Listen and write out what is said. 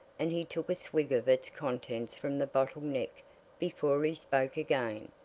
and he took a swig of its contents from the bottle neck before he spoke again.